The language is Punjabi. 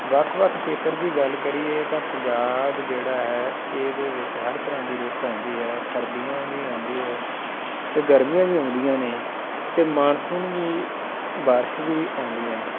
ਵੱਖ ਵੱਖ ਖੇਤਰ ਦੀ ਗੱਲ ਕਰੀਏ ਤਾਂ ਪੰਜਾਬ ਜਿਹੜਾ ਹੈ ਇਹਦੇ ਵਿੱਚ ਹਰ ਤਰ੍ਹਾਂ ਦੀ ਰੁੱਤ ਆਉਂਦੀ ਹੈ ਸਰਦੀਆਂ ਵੀ ਆਉਂਦੀ ਹੈ ਅਤੇ ਗਰਮੀਆਂ ਵੀ ਆਉਂਦੀਆਂ ਨੇ ਅਤੇ ਮਾਨਸੂਨ ਵੀ ਬਾਰਿਸ਼ ਵੀ ਆਉਂਦੀਆਂ ਨੇ